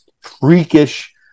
freakish